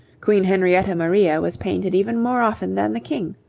queen henrietta maria was painted even more often than the king.